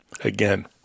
Again